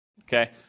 okay